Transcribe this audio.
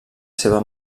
seva